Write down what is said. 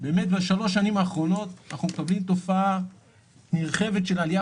בשלוש השנים האחרונות אנחנו מקבלים תופעה נרחבת של עלייה